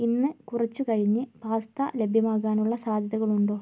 ഇന്ന് കുറച്ചു കഴിഞ്ഞ് പാസ്ത ലഭ്യമാകാനുള്ള സാധ്യതകളുണ്ടോ